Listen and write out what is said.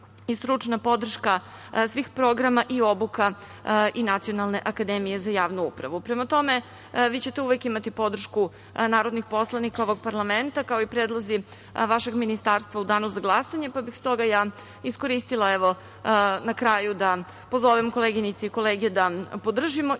i stručna podrška svih programa i obuka i Nacionalne akademije za javnu upravu. Prema tome, vi ćete uvek imati podršku narodnih poslanika ovog parlamenta, kao i predlozi vašeg ministarstva u Danu za glasanje, pa bih stoga ja iskoristila, na kraju, da pozovem koleginice i kolege da podržimo